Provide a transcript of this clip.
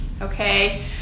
okay